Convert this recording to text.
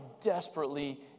desperately